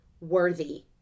worthy